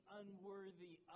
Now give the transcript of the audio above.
unworthy